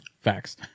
facts